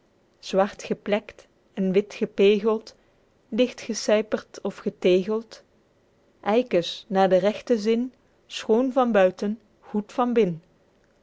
zwart geplekt en wit gespegeld digt gesyperd of getegeld eikes naer den regten zin schoon van buiten goed van bin'vogels